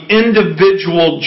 individual